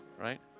right